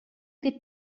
get